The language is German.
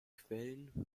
quellen